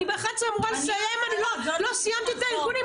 אני ב-11:00 אמורה לסיים ואני לא סיימתי את הנתונים,